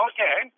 Okay